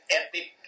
epic